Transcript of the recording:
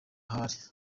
ahari